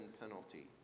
penalty